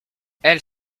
elle